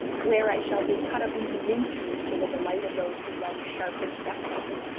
where i shall be cut up into mince-meat for the delight of those who love sharp invective,